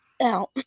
Now